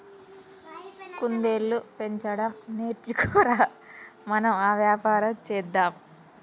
కుందేళ్లు పెంచడం నేర్చుకో ర, మనం ఆ వ్యాపారం చేద్దాం